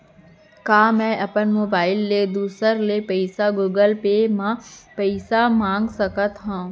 का मैं अपन मोबाइल ले दूसर ले पइसा गूगल पे म पइसा मंगा सकथव?